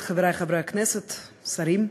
חברי חברי הכנסת, שרים,